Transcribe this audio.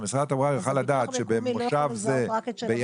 שמשרד התחבורה יוכל לדעת שבמושב כזה וכזה,